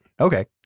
Okay